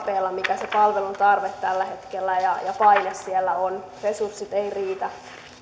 mikä se palvelun tarve ja paine tällä hetkellä siellä on resurssit eivät riitä